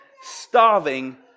starving